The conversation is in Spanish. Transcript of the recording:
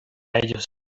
ellos